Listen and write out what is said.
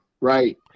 right